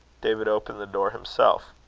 david opened the door himself.